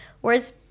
whereas –